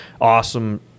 awesome